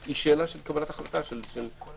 היא שאלה של קבלת ההחלטה של השר.